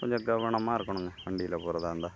கொஞ்சம் கவனமாக இருக்கணுங்க வண்டியில் போகிறதா இருந்தால்